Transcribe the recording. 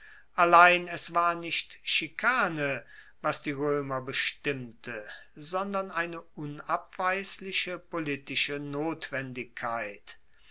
allein es war nicht schikane was die roemer bestimmte sondern eine unabweisliche politische notwendigkeit